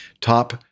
top